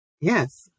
Yes